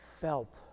felt